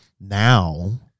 now